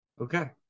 Okay